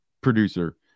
producer